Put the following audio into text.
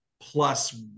plus